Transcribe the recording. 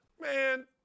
Man